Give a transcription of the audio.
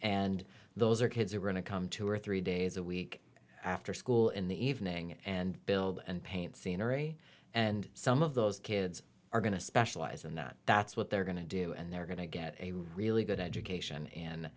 and those are kids who are going to come two or three days a week after school in the evening and build and paint scenery and some of those kids are going to specialize in that that's what they're going to do and they're going to get a really good education